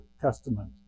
Testament